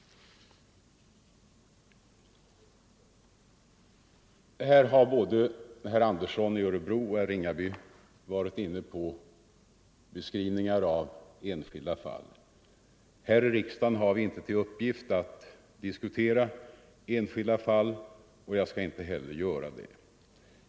Både herr Andersson i Örebro och herr Ringaby har varit inne på beskrivningar av enskilda fall. Här i riksdagen har vi inte till uppgift att diskutera enskilda fall, och jag skall inte heller göra det.